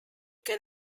can